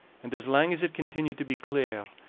and as lang as it continued to be clear,